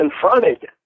confronted